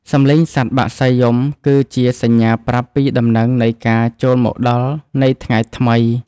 សំឡេងសត្វបក្សីយំគឺជាសញ្ញាប្រាប់ពីដំណឹងនៃការចូលមកដល់នៃថ្ងៃថ្មី។